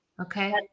Okay